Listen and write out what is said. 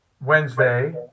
Wednesday